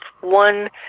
one